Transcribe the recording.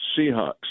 Seahawks